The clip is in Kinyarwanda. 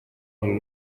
iri